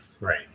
Right